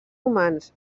humans